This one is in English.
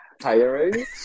tiring